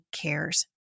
cares